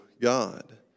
God